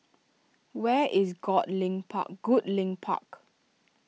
where is Goodlink Park